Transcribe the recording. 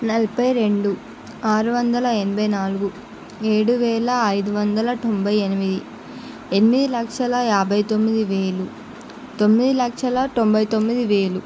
నలభై రెండు ఆరు వందల ఎనభై నాలుగు ఏడు వేల ఐదు వందల తొంభై ఎనిమిది ఎనిమిది లక్షల యాభై తొమ్మిది వేలు తొమ్మిది లక్షల తొంభై తొమ్మిది వేలు